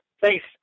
thanks